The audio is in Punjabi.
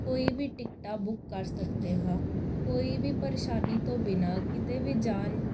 ਕੋਈ ਵੀ ਟਿਕਟਾਂ ਬੁੱਕ ਕਰ ਸਕਦੇ ਹਾਂ ਕੋਈ ਵੀ ਪਰੇਸ਼ਾਨੀ ਤੋਂ ਬਿਨਾਂ ਕਿਤੇ ਵੀ ਜਾਣ